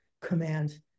command